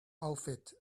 outfit